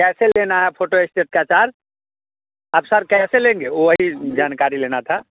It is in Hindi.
कैसे लेना है फोटो स्टेट का चार्ज अब सर कैसे लेंगे वही जानकारी लेना था